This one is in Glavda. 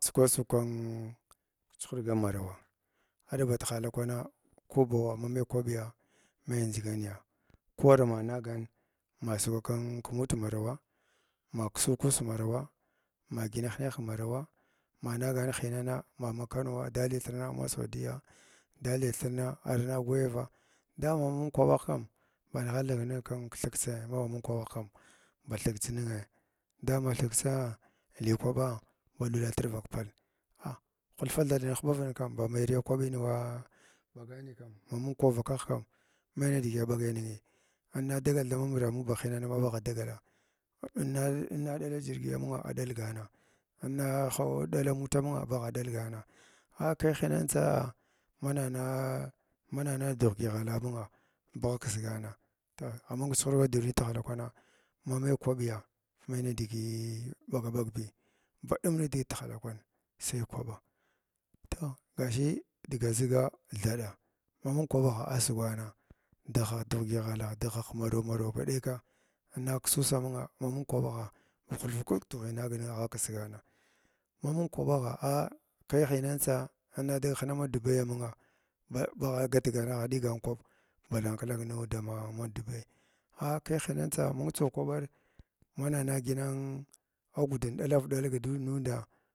Sugwa sug kin kehuhurgana marawh aɗba tihala kwana ko bawa ma mai kwabliya nai ndʒiganiya ko war managan ma sugar kin kmota marawa maksu kus murara ma gina hineh marawa managan hinana ma ma kanowa dalithirna ma saudiyya, dalathirna arna gwayava dama na mung kwaɓagh kam banighal ning nin kthiksa ua ba mung kwaɓagh kam ba thksa ningai dama thiksaa li kwaɓa ba ɗulatr vakpal a hulfa thaɗin huɓavin kam ba mairiya kwabin wa ɓagani kam ma mung kwaɓ vakagh kam mai nidigi abagai ninghi ana dagal dama mura amunga ba hunanma aba dagala ina inna ɗala jirgi amunga aɗalgana ah kai hanintsa mana naa mana na dugh dyəghala amunga bagh ksgana toh amung kchuhurga duniya tibala kwana ma hai kwaɓya mai nidigii ɓaga ɓagbi ba ɗum nidigi tihala kwan sai kwaɓa toh gashin dga ʒiga thaɗa ma mung kwaɓagha asugwana dugha dugh dyəghals dughwah amaraw maraw ba ɗeka ana ksusa munga ha mung kwaɓagha ba hulf kuk dughi anas nungha akigana mamung kwaɓagha ah kai hinan tsa inna dahina ma dubai amunga ma baghgatgan aɗigan kwaɓ ba knak kang nuda da dama dubai ah kai hinan tsa mung tsaw kwaɓar manana ginan agudin ɗalav ɗals nda nuda.